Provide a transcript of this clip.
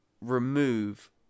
remove